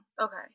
Okay